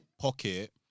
pocket